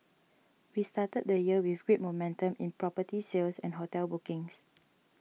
we started the year with great momentum in property sales and hotel bookings